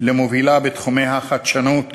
למובילה בתחומי החדשנות